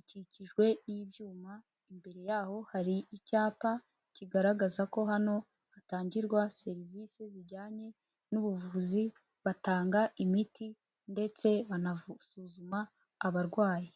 ikikijwe y'ibyuma, imbere y'aho hari icyapa kigaragaza ko hano hatangirwa serivisi zijyanye n'ubuvuzi, batanga imiti ndetse banasuzuma abarwayi.